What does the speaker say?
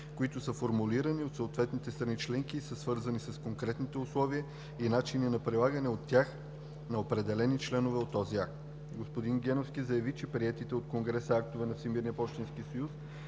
които са формулирани от съответните страни членки и са свързани с конкретните условия и начини на прилагане от тях на определени членове от този акт. Господин Геновски заяви, че приетите от конгреса актове на Всемирния пощенски съюз